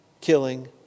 killing